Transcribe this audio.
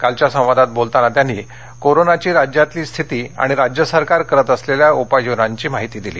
कालघ्या संवादात बोलताना त्यांनी कोरोनाची राज्यातली स्थिती आणि राज्य सरकार करत असलेल्या उपाययोजनांची माहिती दिली